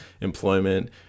employment